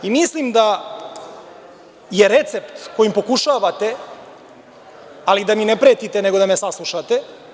Mislim da je recept kojim pokušavate, ali da mi ne pretite, nego da me saslušate…